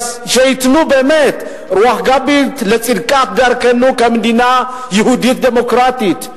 שייתנו באמת רוח גבית לצדקת דרכנו כמדינה יהודית דמוקרטית,